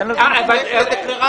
אין לנו בעיה, אבל אין לזה משמעות.